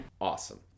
Awesome